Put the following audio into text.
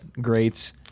greats